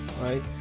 right